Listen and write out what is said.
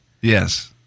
yes